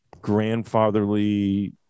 grandfatherly